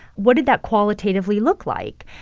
what did that qualitatively look like?